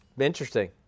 Interesting